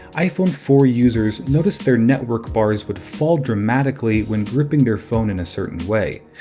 iphone four users noticed their network bars would fall dramatically when gripping their phone in a certain way,